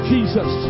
Jesus